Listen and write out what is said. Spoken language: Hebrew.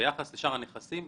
ביחס לשאר הנכסים.